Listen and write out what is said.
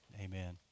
Amen